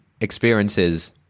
experiences